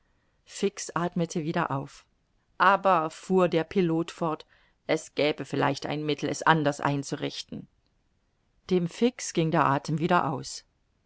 fix athmete wieder auf aber fuhr der pilot fort es gäbe vielleicht ein mittel es anders einzurichten dem fix ging der athem wieder aus